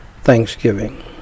Thanksgiving